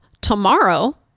tomorrow